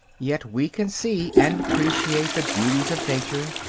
yet we can see and appreciate the beauties of nature,